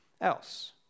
else